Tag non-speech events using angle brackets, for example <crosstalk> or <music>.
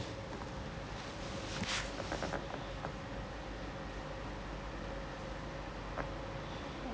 <noise>